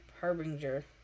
Harbinger